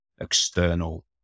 external